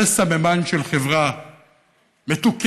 זה סממן של חברה מתוקנת.